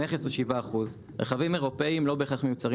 המכס הוא 7%. יש רכבים אירופאיים שלא בהכרח מיוצרים